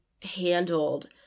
Handled